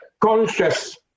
conscious